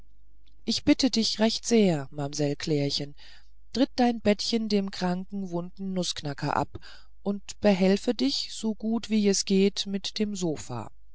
ich bitte dich recht sehr mamsell klärchen tritt dein bettchen dem kranken wunden nußknacker ab und behelfe dich so gut wie es geht mit dem sofa